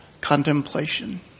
contemplation